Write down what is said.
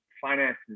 finance